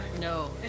No